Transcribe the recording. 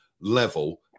level